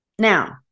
Now